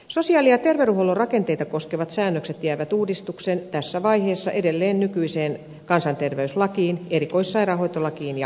sosiaali ja terveydenhuollon rakenteita koskevat säännökset jäävät uudistuksen tässä vaiheessa edelleen nykyiseen kansanterveyslakiin erikoissairaanhoitolakiin ja sosiaalihuoltolakiin